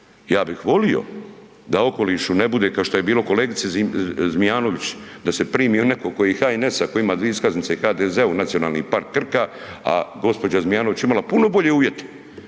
ja bih volio da u okolišu ne bude kao što je bilo kolegici Zmijanović da se primio netko tko je iz HNS-a, tko ima 2 iskaznice i HDZ Nacionalni park Krka, a gospođa Zmijanović je imala puno bolje uvjete,